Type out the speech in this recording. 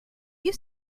you